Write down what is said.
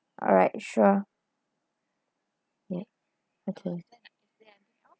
alright sure ya okay